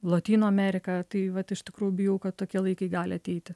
lotynų ameriką tai vat iš tikrųjų bijau kad tokie laikai gali ateiti